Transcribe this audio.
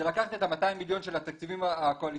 זה לקחת את ה-200 מיליון של התקציבים הקואליציוניים